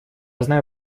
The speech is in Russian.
знаю